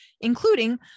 including